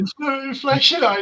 Inflation